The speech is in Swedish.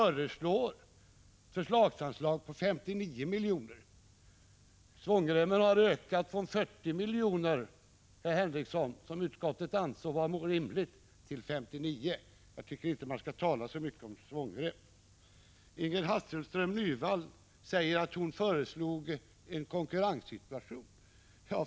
1985/86:159 föreslår ett förslagsanslag på 59 milj.kr. Svångremmen har ökat från 40 2 juni 1986 miljoner, som utskottet ansåg vara rimligt, till 59 milj.kr. Jag tycker inte man skall tala så mycket om svångrem. Ingrid Hasselström Nyvall säger att hon föreslog en konkurrenssituation.